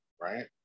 right